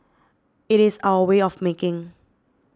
it is our way of making